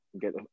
get